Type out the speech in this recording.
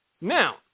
Now